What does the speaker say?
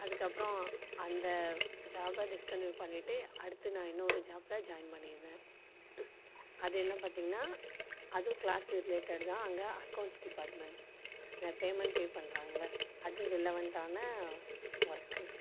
அதுக்கப்புறம் அந்த ஜாபை டிஸ்கன்ட்டினியூ பண்ணிவிட்டு அடுத்து நான் இன்னும் ஒரு ஜாபில் ஜாய்ன் பண்ணியிருந்தேன் அது என்ன பார்த்திங்னா அதுவும் க்ளாத் ரிலேட்டடு தான் அங்கே அகௌண்ட்ஸ் டிபார்ட்மண்ட் இந்த பேமண்ட் பே பண்ணுறாங்கள அது ரிலவண்ட்டான ஒர்க்கு